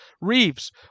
Reeves